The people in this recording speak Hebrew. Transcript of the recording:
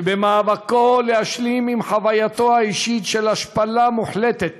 שבמאבקו להשלים עם חווייתו האישית של השפלה מוחלטת